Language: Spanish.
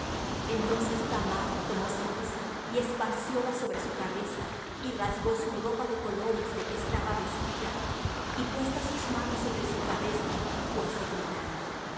entonces thamar tomó ceniza y esparcióla sobre su cabeza y rasgó su ropa de colores de que estaba vestida y puestas sus manos sobre su cabeza fuése gritando